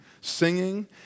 singing